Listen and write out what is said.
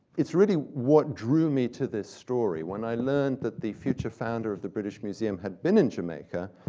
it's really what drew me to this story. when i learned that the future founder of the british museum had been in jamaica,